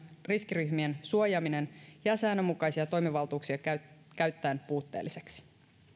riskiryhmien suojaaminen jää säännönmukaisia toimivaltuuksia käyttäen puutteelliseksi